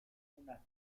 una